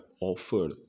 offered